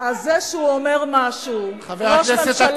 אז זה שהוא אומר משהו, הם היו שותפים.